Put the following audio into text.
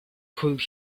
could